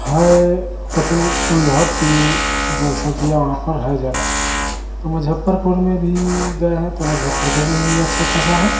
है उतना अनुभव कि जनसंख्या वहाँ पर है ज़्यादा तो मुज़फ्फरपुर में भी गए हैं तो मुज़फ्फरपुर में भी अच्छा ख़ासा है